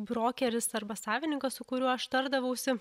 brokeris arba savininkas su kuriuo aš tardavausi